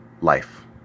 life